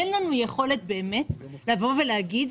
אין לנו יכולת באמת לבוא ולהגיד,